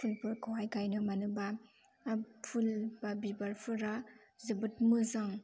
फुलफोरखौहाय गायनो मानोबा फुल बा बिबारफोरा जोबोद मोजां